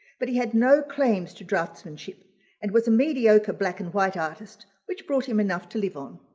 but he had no claims to draftsmanship and was a mediocre black and white artist which brought him enough to live on.